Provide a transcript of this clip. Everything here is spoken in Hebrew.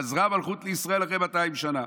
חזרה המלכות לישראל אחרי מאתיים שנה.